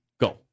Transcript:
Go